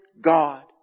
God